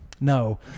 no